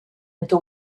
into